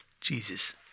Jesus